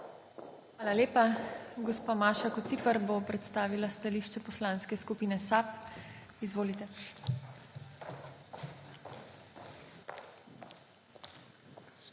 Hvala lepa. Gospa Maša Kociper bo predstavila stališče Poslanske skupine SAB. Izvolite.